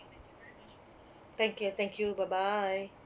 thank you thank you bye bye